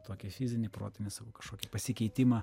tokį fizinį protinį savo kažkokį pasikeitimą